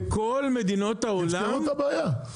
תפתרו את הבעיה.